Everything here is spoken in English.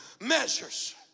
measures